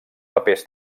papers